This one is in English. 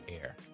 air